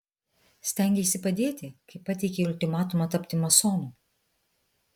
stengeisi padėti kai pateikei ultimatumą tapti masonu